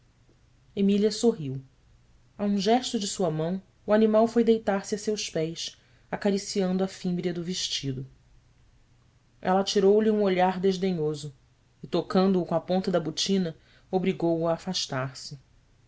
emília sorriu a um gesto de sua mão o animal foi deitar-se a seus pés acariciando a fímbria do vestido ela atirou-lhe um olhar desdenhoso e tocando o com a ponta da botina obrigou-o a afastar-se